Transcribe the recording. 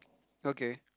okay